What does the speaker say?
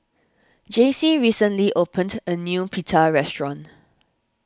Jaycie recently opened a new Pita restaurant